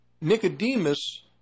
Nicodemus